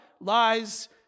lies